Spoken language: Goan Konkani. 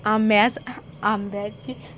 आंब्यास आंब्याची